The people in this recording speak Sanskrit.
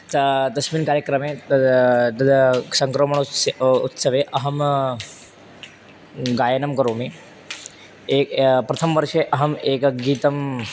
ते तस्मिन् कार्यक्रमे तद् तद् सङ्क्रमणोत्सवे उत्सवे अहं गायनं करोमि एवं प्रथमे वर्षे अहम् एकं गीतं